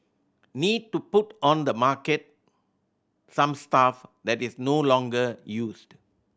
need to put on the market some stuff that is no longer used